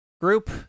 group